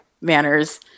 manners